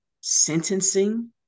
sentencing